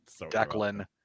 Declan